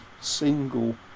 single